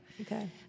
Okay